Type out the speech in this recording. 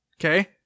okay